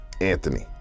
Anthony